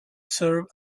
serve